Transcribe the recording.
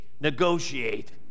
negotiate